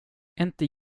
inte